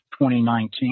2019